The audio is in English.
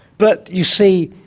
but, you see,